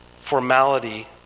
formality